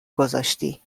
گذاشتی